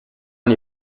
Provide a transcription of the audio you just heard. nie